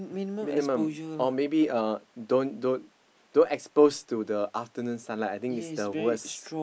minimum or maybe uh don't don't don't expose to the afternoon sunlight I think it's the worst